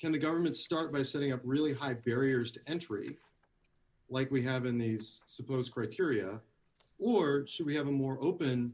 can the government start by setting up really high barriers to entry like we have in these supposed great syria or should we have a more open